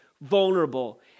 vulnerable